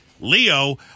leo